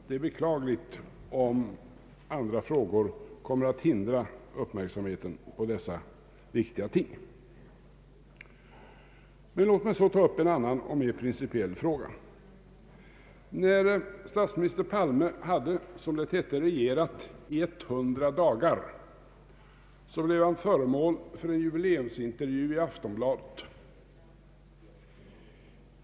Det är beklagligt om andra frågor kommer att hindra uppmärksamheten på dessa viktiga ting. Låt mig så ta upp en annan och mer principiell fråga. När statsminister Palme hade, som det hette, regerat i 100 dagar blev han föremål för en jubileumsintervju i Aftonbladet.